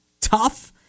tough